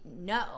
no